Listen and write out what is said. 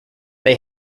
they